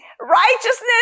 righteousness